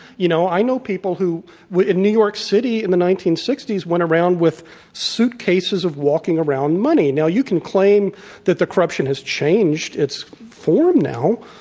you know, i know people who in new york city in the nineteen sixty s went around with suitcases of walking around money. now you can claim that the corruption has changed its form now,